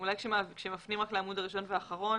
אולי כשמפנים לעמוד הראשון והאחרון,